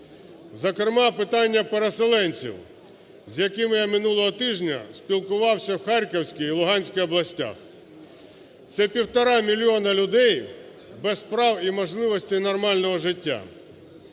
зокрема питання переселенців, з якими я минулого тижня спілкувався в Харківській і Луганській областях. Це півтора мільйона людей без прав і можливості нормального життя.